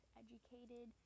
educated